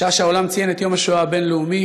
בשעה שהעולם ציין את יום השואה הבין-לאומי,